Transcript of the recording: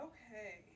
Okay